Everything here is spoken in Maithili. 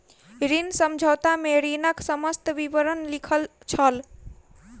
ऋण समझौता में ऋणक समस्त विवरण लिखल छल